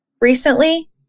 recently